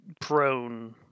prone